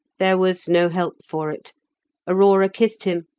there was no help for it aurora kissed him,